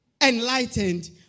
enlightened